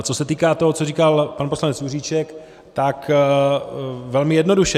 Co se týká toho, co říkal pan poslanec Juříček, tak velmi jednoduše.